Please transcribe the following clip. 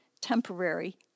temporary